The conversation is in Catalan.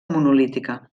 monolítica